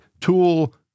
tool